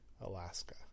Alaska